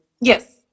Yes